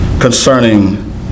concerning